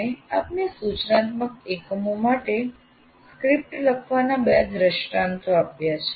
અમે આપને સૂચનાત્મક એકમો માટે સ્ક્રિપ્ટ લખવાના બે દ્રષ્ટાંત આપ્યા છે